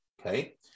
Okay